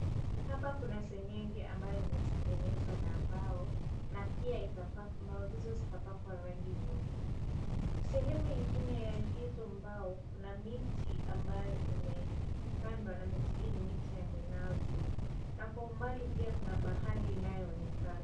Hapa kuna seng'enge ambayo imetengenezwa na mbao na pia mbao hizo zikapakwa rangi nyeupe. Sehemu ingine ya hizo mbao kuna miti ambayo umepandwa na miti hii ni miti ya minazi, na kwa umbali pia kuna bahari inayoonekana.